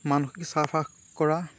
মানুহক চাফা কৰা